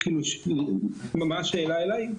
מה השאלה אליי?